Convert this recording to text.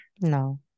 no